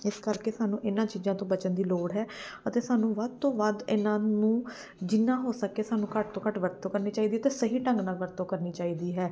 ਇਸ ਕਰਕੇ ਸਾਨੂੰ ਇਹਨਾਂ ਚੀਜ਼ਾਂ ਤੋਂ ਬਚਣ ਦੀ ਲੋੜ ਹੈ ਅਤੇ ਸਾਨੂੰ ਵੱਧ ਤੋਂ ਵੱਧ ਇਹਨਾਂ ਨੂੰ ਜਿੰਨਾ ਹੋ ਸਕੇ ਸਾਨੂੰ ਘੱਟ ਤੋਂ ਘੱਟ ਵਰਤੋਂ ਕਰਨੀ ਚਾਹੀਦੀ ਹੈ ਅਤੇ ਸਹੀ ਢੰਗ ਨਾਲ ਵਰਤੋਂ ਕਰਨੀ ਚਾਹੀਦੀ ਹੈ